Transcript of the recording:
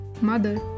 mother